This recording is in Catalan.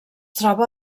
troba